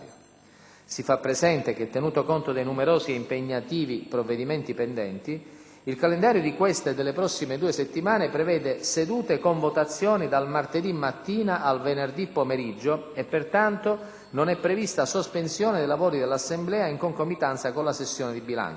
Si fa presente che, tenuto conto dei numerosi e impegnativi provvedimenti pendenti, il calendario di questa e delle prossime due settimane prevede sedute con votazioni dal martedì mattina al venerdì pomeriggio e pertanto non è prevista sospensione dei lavori dell'Assemblea in concomitanza con la sessione di bilancio.